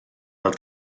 fel